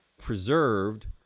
preserved